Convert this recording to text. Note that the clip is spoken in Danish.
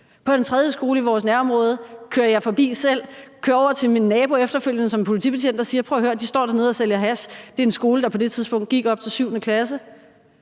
en tredje skole i vores nærområde og kører efterfølgende over til min nabo, som er politibetjent, og siger: Prøv at høre, de står dernede og sælger hash. Det er en skole, der på det tidspunkt gik op til 7. klasse.